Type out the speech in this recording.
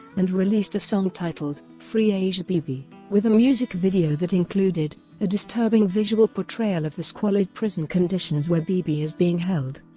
and released a song titled free asia bibi with a music video that included a disturbing visual portrayal of the squalid prison conditions where bibi is being held.